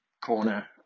corner